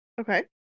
Okay